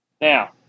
Now